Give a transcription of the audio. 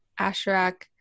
Asherak